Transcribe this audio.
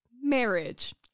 marriage